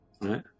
Right